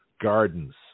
gardens